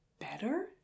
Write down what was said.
better